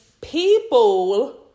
people